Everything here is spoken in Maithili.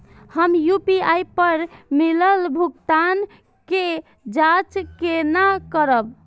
हम यू.पी.आई पर मिलल भुगतान के जाँच केना करब?